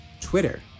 Twitter